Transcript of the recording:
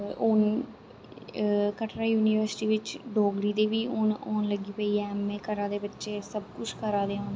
हून कटरे युनिवर्सटि बिच्च डोगरी दे हून च बी होन लगी पे दी ऐ एम ए करै दे बच्चे सब कुछ करै दे हून